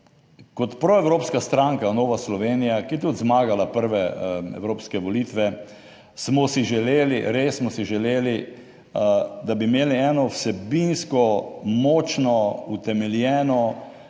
Kot proevropska stranka, Nova Slovenija, ki je tudi zmagala prve evropske volitve, smo si želeli, res smo si želeli, da bi imeli eno vsebinsko močno utemeljeno